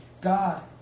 God